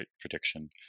prediction